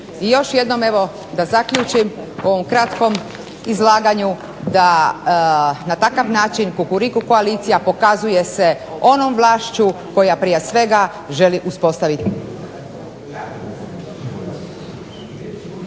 i još jednom da zaključim u ovom kratkom izlaganju da na ovaj način Kukuriku koalicija pokazuje se onom vlašću koja prije svega želim uspostaviti.